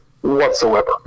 whatsoever